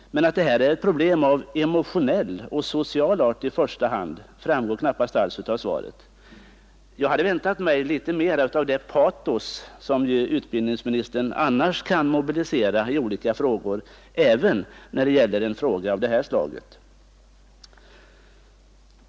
Men att det här är ett problem av emotionell och social art i första hand framgår knappast alls av svaret. Jag hade väntat mig litet mera av det patos som ju utbildningsministern annars kan mobilisera, även när det gäller en fråga av det här slaget.